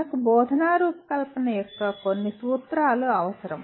మనకు బోధనా రూపకల్పన యొక్క కొన్ని సూత్రాలు అవసరం